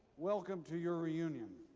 welcome to your reunion.